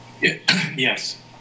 Yes